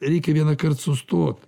reikia vienąkart sustot